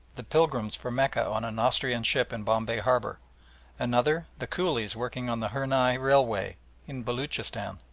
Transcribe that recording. the pilgrims for mecca on an austrian ship in bombay harbour another, the coolies working on the hurnai railway in beloochistan.